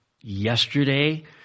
yesterday